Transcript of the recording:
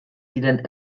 ziren